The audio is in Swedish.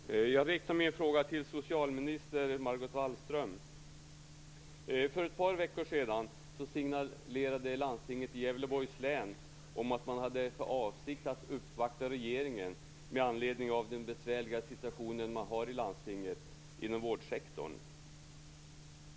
Herr talman! Jag riktar min fråga till socialminister Margot Wallström. För ett par veckor sedan signalerade landstinget i Gävleborgs län att man hade för avsikt att uppvakta regeringen med anledning av den besvärliga situation man har i landstinget inom vårdsektorn.